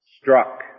struck